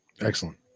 excellent